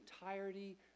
entirety